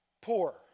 poor